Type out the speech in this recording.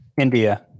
India